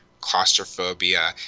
claustrophobia